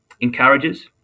encourages